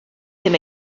ddim